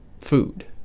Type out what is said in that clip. food